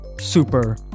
super